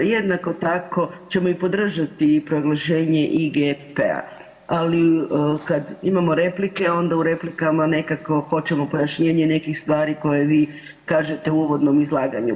Jednako tako ćemo i podržati proglašenje IGP-a, ali kada imamo replike onda u replikama nekako hoćemo pojašnjenje nekih stvari koje vi kažete u uvodnom izlaganju.